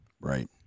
right